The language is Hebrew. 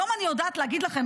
היום אני יודעת להגיד לכם,